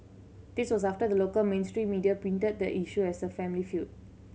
this was after the local mainstream media painted the issue as a family feud